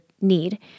need